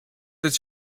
that